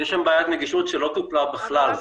יש שם בעיית נגישות שלא טופלה בכלל,